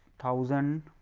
thousand